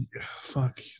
fuck